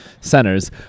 centers